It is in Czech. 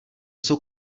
jsou